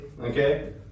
okay